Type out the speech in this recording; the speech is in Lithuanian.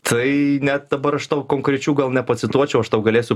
tai net dabar aš tau konkrečių gal nepacituočiau aš tau galėsiu